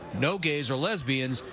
no gays or lesbians,